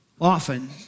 Often